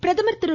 பிரதமர் திரு